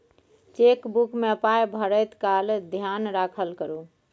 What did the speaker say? chequebook मे पाय भरैत काल धेयान राखल करू